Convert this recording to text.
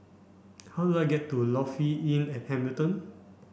how do I get to Lofi Inn at Hamilton